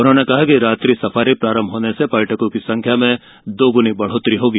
उन्होंने कहा कि इसके प्रारंभ होने से पर्यटकों की संख्या में दोगुनी बढ़ोतरी होगी